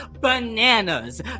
bananas